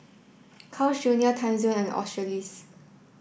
Carl's Junior Timezone and Australis